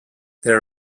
their